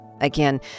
Again